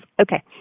Okay